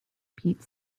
peat